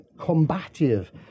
combative